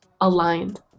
aligned